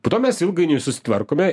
po to mes ilgainiui susitvarkome